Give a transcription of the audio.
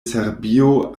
serbio